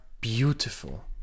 beautiful